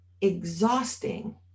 exhausting